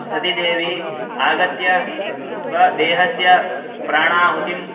सतिदेवी आगत्य स्वदेहस्य प्राणाहुतिं